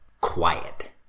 quiet